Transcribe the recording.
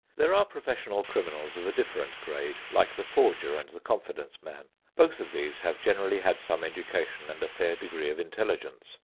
there are professional criminals of a different grade, like the forger and the confidence man. both of these have generally had some education and a fair degree of intelligence,